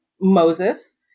Moses